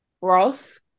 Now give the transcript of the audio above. Ross